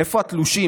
איפה התלושים?